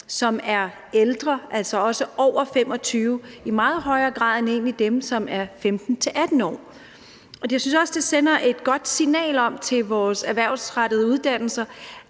og det gør de i meget højere grad end dem, som er 15-18 år. Jeg synes også, det sender et godt signal om, at vores erhvervsrettede uddannelser